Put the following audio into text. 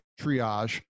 triage